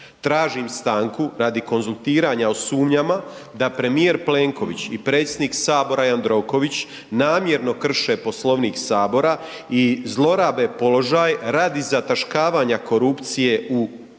Tražim stanku radi konzultiranja o sumnjama da premijer Plenković i predsjednik Sabora Jandroković namjerno krše Poslovnik Sabora i zlorabe položaj radi zataškavanja korupcije u našoj